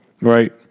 right